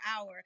hour